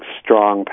strong